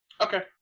Okay